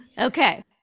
okay